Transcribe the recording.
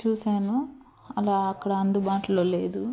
చూశాను అలా అక్కడ అందుబాటులో లేదు